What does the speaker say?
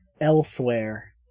elsewhere